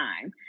time